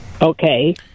Okay